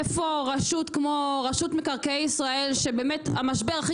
איפה רשות כמו רשות מקרקעי ישראל שבאמת המשבר הכי